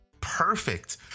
perfect